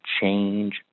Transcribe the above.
change